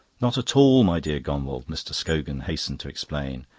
not at all, my dear gombauld, mr. scogan hastened to explain.